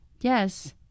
Yes